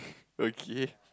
okay